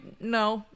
no